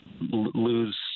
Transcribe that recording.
lose